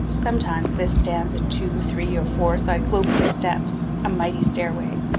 sometimes this stands in two, three, or four cyclopean steps a mighty stairway.